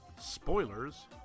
Spoilers